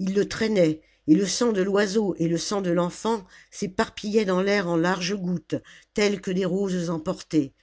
il le traînait et le sang de l'oiseau et le sang de l'enfant s'éparpillaient dans l'air en larges gouttes telles que des roses emportées